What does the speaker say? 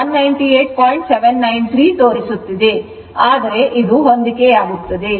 793 ತೋರಿಸುತ್ತಿದೆ ಆದರೆ ಇದು ಹೊಂದಿಕೆಯಾಗುತ್ತದೆ